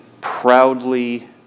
proudly